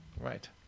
Right